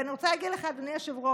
ואני רוצה להגיד לך, אדוני היושב-ראש,